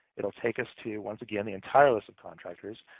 it'll take us to, once again, the entire list of contractors.